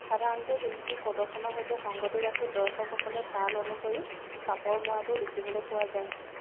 সাধাৰণতে শিল্পীৰ প্ৰদৰ্শনৰ সৈতে সংগতি ৰাখি দৰ্শকসকলে তাল অনুসৰি চাপৰ মৰাটোও দেখিবলৈ পোৱা যায়